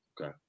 Okay